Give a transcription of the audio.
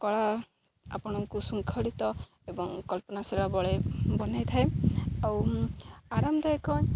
କଳା ଆପଣଙ୍କୁ ଶୃଙ୍ଖଳିତ ଏବଂ କଳ୍ପନା ବନାଇଥାଏ ଆଉ ଆରାମଦାୟକ